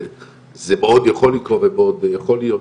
זה מאוד יכול לקרות ומאוד יכול להיות,